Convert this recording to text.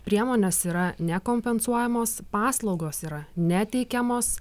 priemonės yra nekompensuojamos paslaugos yra neteikiamos